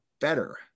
better